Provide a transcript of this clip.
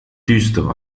düstere